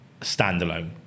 standalone